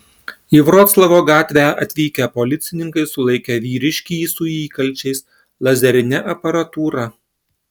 į vroclavo gatvę atvykę policininkai sulaikė vyriškį su įkalčiais lazerine aparatūra